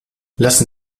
lassen